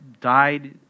died